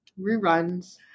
Reruns